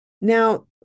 Now